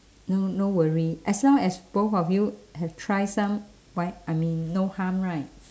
no no worry as long as both of you have try some why I mean no harm right